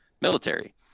military